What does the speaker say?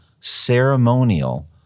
ceremonial